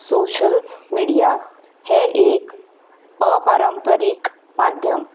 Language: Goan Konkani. सोशियल मिडिया हें एक अपारंपारीक माध्यम